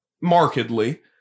markedly